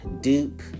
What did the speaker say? dupe